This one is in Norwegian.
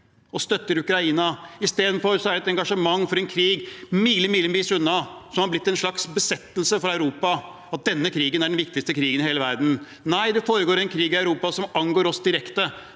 og støtter Ukraina? I stedet er det et engasjement for en krig milevis unna. Det har blitt en slags besettelse for Europa – at denne krigen er den viktigste krigen i hele verden. Nei, det foregår en krig i Europa som angår oss direkte.